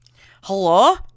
Hello